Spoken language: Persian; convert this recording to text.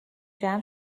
جمع